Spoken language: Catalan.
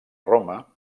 roma